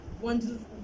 one